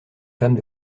femmes